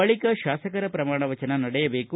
ಬಳಕ ಶಾಸಕರ ಪ್ರಮಾಣವಚನ ನಡೆಯಬೇಕು